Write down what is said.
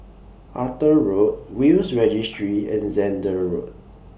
Arthur Road Will's Registry and Zehnder Road